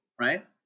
right